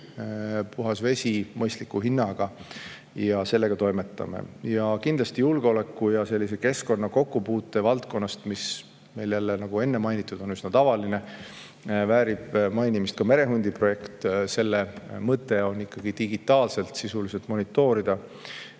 puhas vesi mõistliku hinnaga. Ja sellega toimetame. Kindlasti julgeoleku ja sellise keskkonna kokkupuute valdkonnast, millele, nagu enne mainitud, on üsna tavaline, väärib mainimist ka merehundi projekt. Selle mõte on digitaalselt sisuliselt monitoorida,